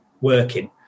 working